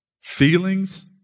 feelings